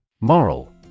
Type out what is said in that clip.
Moral